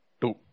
Two